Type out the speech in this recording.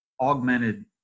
augmented